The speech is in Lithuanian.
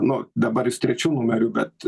nu dabar jis trečiu numeriu bet